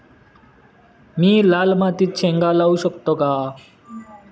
मी लाल मातीत शेंगा लावू शकतो का?